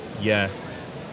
yes